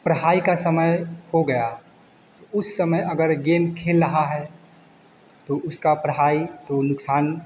पढ़ाई का समय हो गया तो उस समय अगर गेम खेल रहा है तो उसका पढ़ाई तो नुकसान